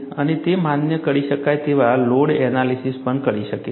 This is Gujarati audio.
અને તે માન્ય કરી શકાય તેવા લોડ એનાલિસીસ પણ કરી શકે છે